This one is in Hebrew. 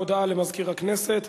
הודעה לסגן מזכיר הכנסת.